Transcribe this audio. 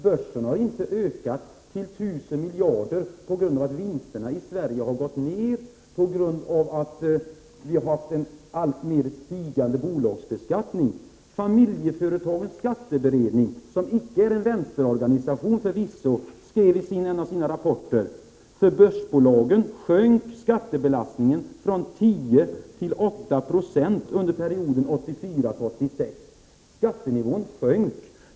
Börsen har inte ökat till 1000 miljarder på grund av att vinsterna i Sverige har gått ner, eller på grund av att vi har haft en alltmer stigande bolagsbeskattning. Familjeföretagens skatteberedning, som förvisso icke är en vänsterorganisation, skrev i en av sina rapporter: ”För börsbolagen sjönk skattebelastningen från 10 till 8 26 under perioden 1984-1986.” Skattenivån sjönk.